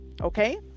Okay